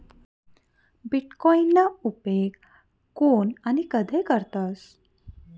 बीटकॉईनना उपेग कोन आणि कधय करतस